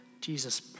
Jesus